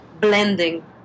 blending